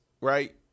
right